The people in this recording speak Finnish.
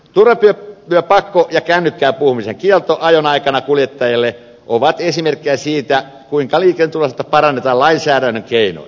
turvavyöpakko ja kännykkään puhumisen kielto ajon aikana kuljettajalle ovat esimerkkejä siitä kuinka liikenneturvallisuutta parannetaan lainsäädännön keinoin